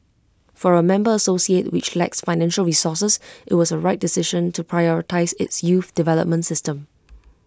for A member association which lacks financial resources IT was A right decision to prioritise its youth development system